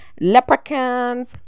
Leprechauns